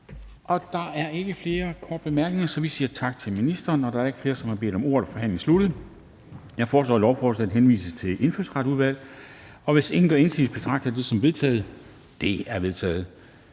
Og der er ikke flere korte bemærkninger, så vi siger tak til ministeren. Da der ikke er flere, der har bedt om ordet, er forhandlingen sluttet. Jeg foreslår, at lovforslaget henvises til Indfødsretsudvalget. Hvis ingen gør indsigelse, betragter jeg det som vedtaget. Det er vedtaget.